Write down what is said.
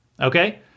Okay